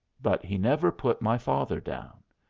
but he never put my father down.